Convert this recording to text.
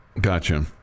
Gotcha